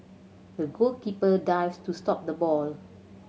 the goalkeeper dived to stop the ball